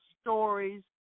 stories